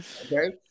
Okay